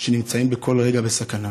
שנמצאים בכל רגע בסכנה,